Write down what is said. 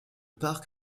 part